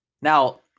Now